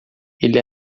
ele